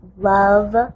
love